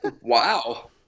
Wow